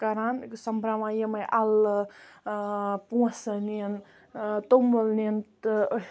کَران سۄمبراوان یِمٕے اَلہٕ پونسہٕ نِنۍ تومُل نِنۍ تہٕ